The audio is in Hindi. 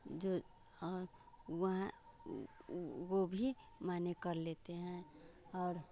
जो और वहाँ वह भी माने कर लेते हैं और